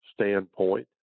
standpoint